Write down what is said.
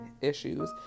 issues